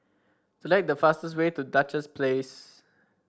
select the fastest way to Duchess Place